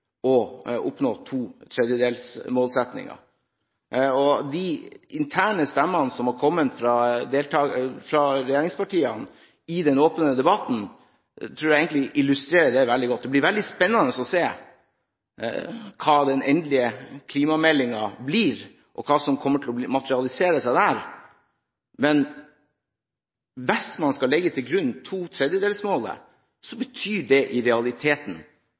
og de interne stemmene som har kommet fra regjeringspartiene i den åpne debatten, tror jeg egentlig illustrerer det veldig godt. Det blir veldig spennende å se hvordan den endelige klimameldingen blir, og hva som kommer til å matrealisere seg der. Men hvis man skal legge til grunn ⅔-målet, betyr det i realiteten